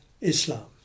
Islam